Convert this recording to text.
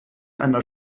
einer